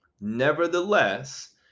nevertheless